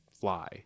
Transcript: fly